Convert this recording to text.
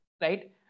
right